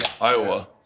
Iowa